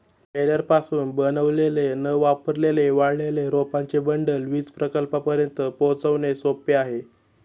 बेलरपासून बनवलेले न वापरलेले वाळलेले रोपांचे बंडल वीज प्रकल्पांपर्यंत पोहोचवणे सोपे आहे